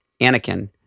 Anakin